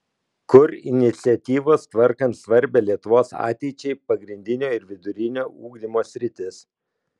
kur iniciatyvos tvarkant svarbią lietuvos ateičiai pagrindinio ir vidurinio ugdymo sritis